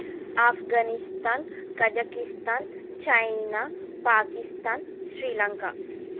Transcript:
Afghanistan Kazakhstan China Pakistan Sri Lanka